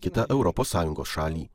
kitą europos sąjungos šalį